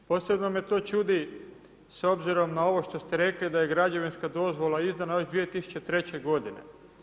Posebno me to čudi s obzirom na ovo što ste rekli da je građevinska dozvola izdana još 2003. godine.